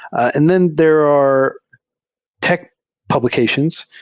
and then there are tech publications,